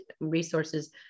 resources